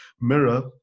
mirror